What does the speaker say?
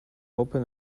open